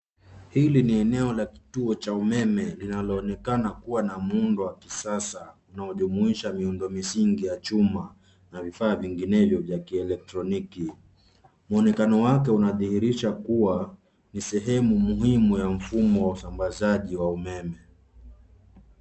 Hili ni eneo la kituo cha umeme linaloonekana kuwa na muundo wa kisasa unaojumuisha miundo misingi ya chuma na vifaa vinginevyo vya kielektroniki. Mwonekano wake unadhihirisha kuwa ni sehemu muhimu ya mfumo wa usambazaji wa umeme.